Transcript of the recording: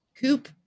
coop